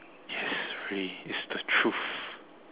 yes really it's the truth